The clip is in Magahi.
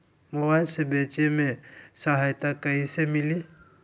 मोबाईल से बेचे में सहायता कईसे मिली?